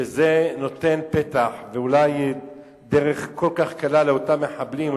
שזה נותן פתח ואולי דרך כל כך קלה לאותם מחבלים,